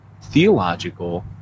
theological